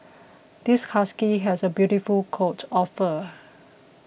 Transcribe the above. this husky has a beautiful coat of fur